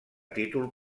títol